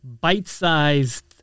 bite-sized